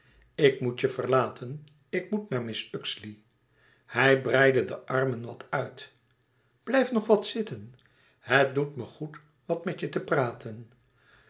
ik moet je verlaten ik moet naar mrs uxeley hij breidde de armen wat uit blijf nou nog wat zitten het doet me goed wat met je te praten